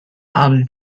and